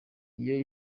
iyo